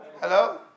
Hello